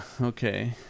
Okay